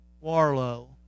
Warlow